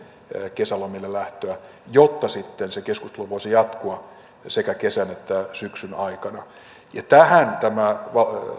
kesälomille lähtöä jotta sitten se keskustelu voisi jatkua sekä kesän että syksyn aikana tähän